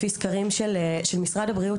לפי סקרים שנערכו על ידי משרד הבריאות,